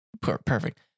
Perfect